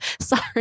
sorry